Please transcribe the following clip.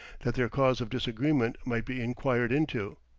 that their cause of disagreement might be inquired into.